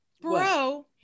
Bro